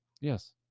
Yes